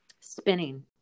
spinning